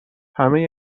همه